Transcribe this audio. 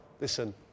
listen